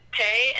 pay